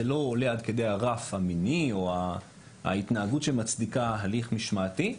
זה לא עולה עד כדי הרף המיני או ההתנהגות שמצדיקה הליך משמעתי,